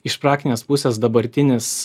iš praktinės pusės dabartinis